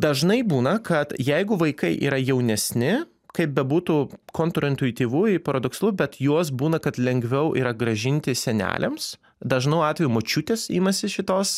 dažnai būna kad jeigu vaikai yra jaunesni kaip bebūtų kontrintuityvu i paradoksalu bet juos būna kad lengviau yra grąžinti seneliams dažnu atveju močiutės imasi šitos